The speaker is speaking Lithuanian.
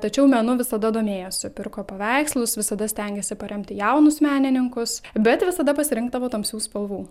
tačiau menu visada domėjosi pirko paveikslus visada stengėsi paremti jaunus menininkus bet visada pasirinkdavo tamsių spalvų